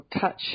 touch